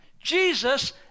Jesus